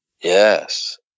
yes